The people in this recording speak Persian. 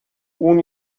اون